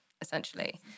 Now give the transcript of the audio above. essentially